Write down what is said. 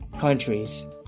countries